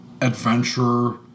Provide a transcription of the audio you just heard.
adventurer